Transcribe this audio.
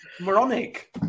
moronic